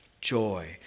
joy